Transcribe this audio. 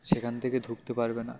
সেখান থেকে ঢুকতে পারবে না